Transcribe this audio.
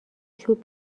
چوب